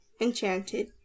Enchanted